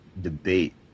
debate